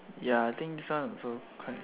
ya I think this one also quite